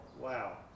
Wow